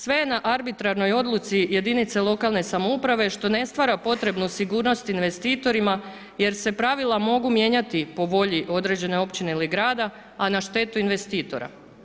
Sve je na arbitrarnoj odluci jedinice lokalne samouprave što ne stvara potrebnu sigurnost investitorima, jer se pravila mogu mijenjati po volji određene općine ili grada, a na štetu investitora.